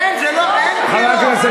אין, זה לא, אין